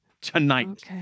tonight